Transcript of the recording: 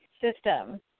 system